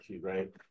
right